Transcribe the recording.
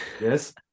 Yes